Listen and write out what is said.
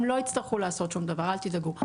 הם לא יצטרכו לעשות שום דבר אל תדאגו,